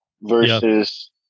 versus